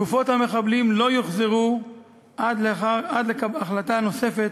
גופות המחבלים לא יוחזרו עד להחלטה נוספת,